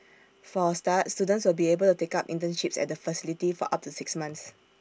for A start students will be able to take up internships at the facility for up to six months